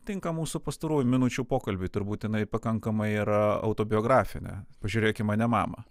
tinka mūsų pastarųjų minučių pokalbiui turbūt jinai pakankamai yra autobiografinė pažiūrėk į mane mama